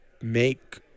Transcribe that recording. make